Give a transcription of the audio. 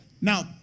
Now